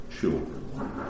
children